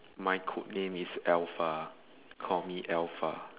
my code name is alpha call me alpha